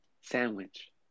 sandwich